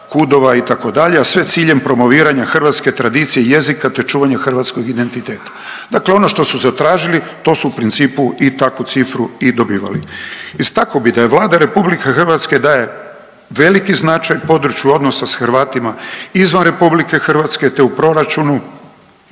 KUD-ova itd., a sve s ciljem promoviranja hrvatske tradicije, jezika, te čuvanja hrvatskog identiteta. Dakle, ono što su zatražili to su u principu i takvu cifru i dobivali. Istako bi da je Vlada RH daje veliki značaj području odnosa s Hrvatima izvan RH, te u proračunu